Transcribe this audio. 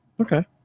Okay